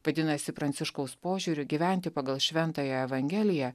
vadinasi pranciškaus požiūriu gyventi pagal šventąją evangeliją